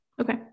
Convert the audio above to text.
Okay